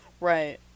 right